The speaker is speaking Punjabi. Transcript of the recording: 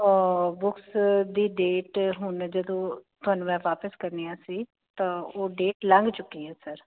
ਬੁਕਸ ਦੀ ਡੇਟ ਹੁਣ ਜਦੋਂ ਤੁਹਾਨੂੰ ਮੈਂ ਵਾਪਸ ਕਰਨੀ ਆ ਸੀ ਤਾਂ ਉਹ ਡੇਟ ਲੰਘ ਚੁੱਕੀ ਹੈ ਸਰ